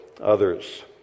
others